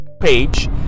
page